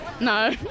No